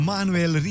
Manuel